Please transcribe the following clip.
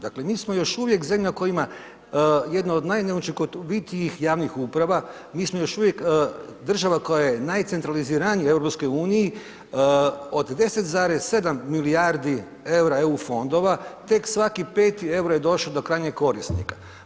Dakle mi smo još uvijek zemlja koja ima jednu od najneučinkovitijih javnih uprava, mi smo još uvijek država koja je najcentraliziranija u EU od 10,7 milijardi EUR-a EU fondova tek svaki 5 EUR-o je došo do krajnjeg korisnika.